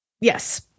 yes